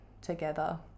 together